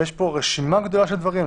ויש פה רשימה גדולה של דברים,